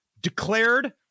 declared